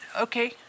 okay